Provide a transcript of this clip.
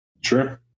Sure